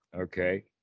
Okay